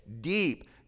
deep